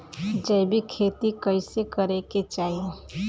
जैविक खेती कइसे करे के चाही?